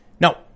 No